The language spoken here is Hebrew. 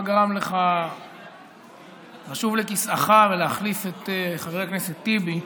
מה גרם לך לשוב לכיסאך ולהחליף את חבר הכנסת טיבי,